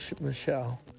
Michelle